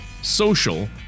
social